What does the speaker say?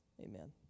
Amen